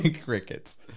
crickets